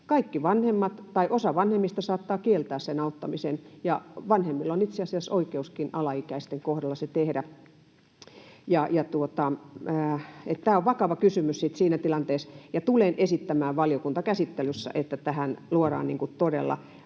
päivittäin nähdä. Osa vanhemmista saattaa kieltää sen auttamisen, ja vanhemmilla on itse asiassa oikeuskin alaikäisten kohdalla se tehdä. Tämä on vakava kysymys sitten siinä tilanteessa, ja tulen esittämään valiokuntakäsittelyssä, että tähän luodaan todella